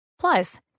Plus